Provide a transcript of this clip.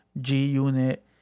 G-Unit